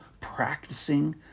practicing